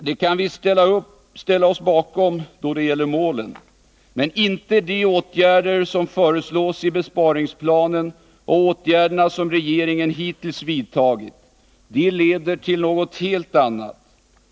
Det kan vi ställa oss bakom när det gäller målen men inte när det gäller de åtgärder som föreslås i besparingsplanen och åtgärderna som regeringen hittills har vidtagit. De leder till något helt annat.